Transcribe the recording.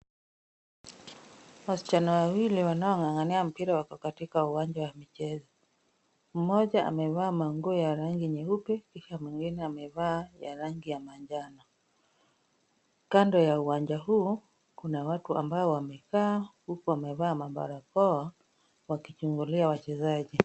Wasichana wawili wanaong'ang'ania mpira wako katika uwanja wa michezo. Mmoja amevaa manguo ya rangi nyeupe kisha mwingine amevaa ya rangi ya manjano. Kando ya uwanja huu kuna watu ambao wamekaa huku wamevaa mabarakoa wakichungulia wachezaji.